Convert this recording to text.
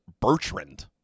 Bertrand